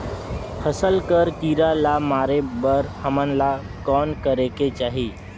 फसल कर कीरा ला मारे बर हमन ला कौन करेके चाही?